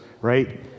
right